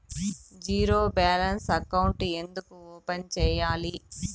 zero balance అకౌంట్లు ఎందుకు open సేయాలి